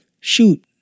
shoot